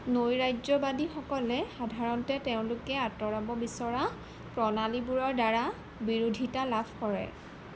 নৈৰাজ্যবাদীসকলে সাধাৰণতে তেওঁলোকে আঁতৰাব বিচৰা প্ৰণালীবোৰৰ দ্বাৰা বিৰোধিতা লাভ কৰে